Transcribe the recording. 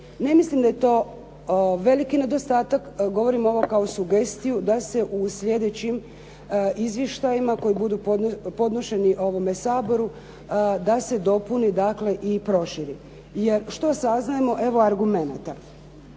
Ne mislim da je to veliki nedostatak. Govorim ovo kao sugestiju da se u sljedećim izvještajima koji budu podnošeni ovome Saboru da se dopuni dakle i proširi. Jer što saznajemo, evo argumenata.